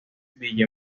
ville